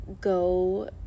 Go